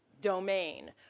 domain